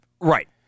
Right